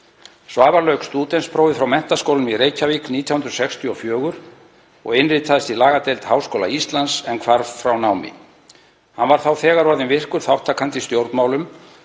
Svavar lauk stúdentsprófi frá Menntaskólanum í Reykjavík 1964 og innritaðist í lagadeild Háskóla Íslands en hvarf frá námi. Hann var þá þegar orðinn virkur þátttakandi í stjórnmálum,